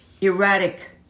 erratic